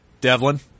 Devlin